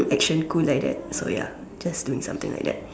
action cool like that so ya just doing something like that